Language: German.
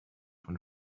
von